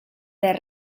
del